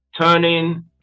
turning